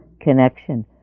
connection